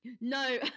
No